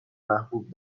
محبوب